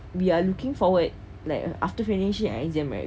we are looking forward like err after finishing exam right